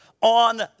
on